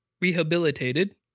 rehabilitated